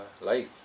life